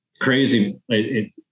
crazy